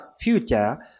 future